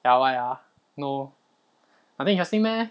ya why ah no nothing interesting meh